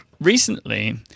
recently